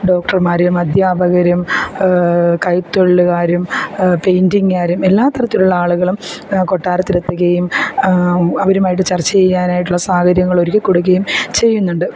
ഡോക്ടർമാരും അദ്ധ്യാപകരും കൈത്തൊഴിൽക്കാരും പെയിന്റിങ്ങുകാരും എല്ലാ തരത്തിലുള്ള ആളുകളും കൊട്ടാരത്തിലെത്തുകയും അവരുമായിട്ട് ചർച്ച ചെയ്യാനായിട്ടുള്ള സാഹര്യങ്ങളൊരുക്കി കൊടുക്കുകയും ചെയ്യുന്നുണ്ട്